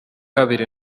bibiri